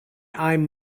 i’m